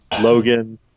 Logan